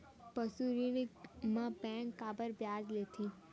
पशु ऋण म बैंक काबर ब्याज लेथे?